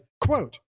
quote